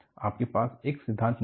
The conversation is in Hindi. आपके पास एक सिद्धांत नहीं है